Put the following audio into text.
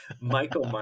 Michael